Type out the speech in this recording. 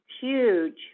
huge